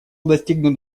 достигнут